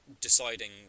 deciding